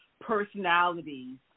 personalities